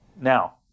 Now